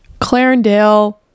Clarendale